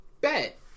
bet